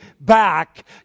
back